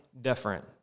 different